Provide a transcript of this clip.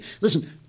Listen